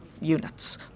units